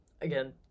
Again